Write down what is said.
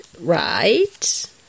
Right